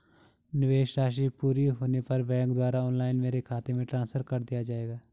निवेश राशि पूरी होने पर बैंक द्वारा ऑनलाइन मेरे खाते में ट्रांसफर कर दिया जाएगा?